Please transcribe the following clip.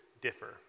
differ